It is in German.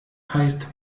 heißt